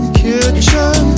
kitchen